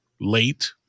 late